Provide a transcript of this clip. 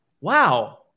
wow